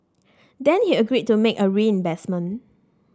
then he agreed to make a reimbursement